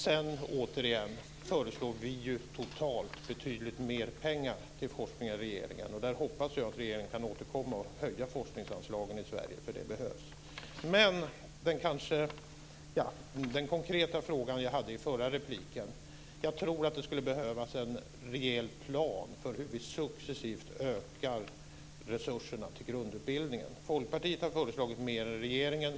Sedan föreslår vi återigen totalt betydligt mer pengar till forskning än regeringen. Och där hoppas jag att regeringen kan återkomma och höja forskningsanslagen i Sverige eftersom det behövs. Den konkreta frågan som jag tog upp i min förra replik gällde att jag tror att det skulle behövas en rejäl plan för hur vi successivt ökar resurserna till grundutbildningen. Folkpartiet har föreslagit mer än regeringen.